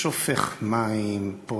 שופך מים פה,